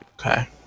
Okay